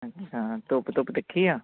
ਅੱਛਾ ਧੁੱਪ ਧੁੱਪ ਤਿੱਖੀ ਆ